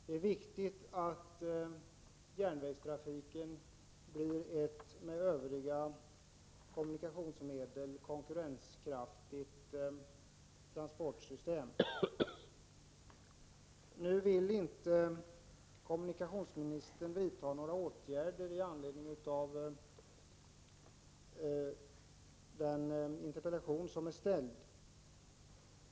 Det är viktigt att järnvägstrafiken blir ett med övriga kommunikationsmedel konkurrenskraftigt transportsystem. Nu vill inte kommunikationsministern vidta några åtgärder i anledning av den framställda interpellationen.